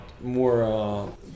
more